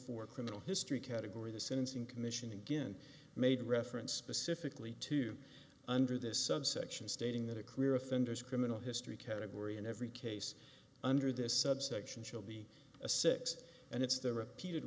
for criminal history category the sentencing commission again made reference pacifically to under this subsection stating that a clear offenders criminal history category in every case under this subsection shall be a six and it's the repeated